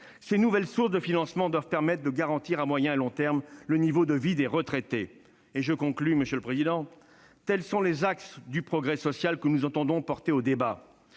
Ces nouvelles sources de financement doivent permettre de garantir à moyen et long terme le niveau de vie des retraités. Tels sont les axes de progrès social que nous entendons soumettre au débat.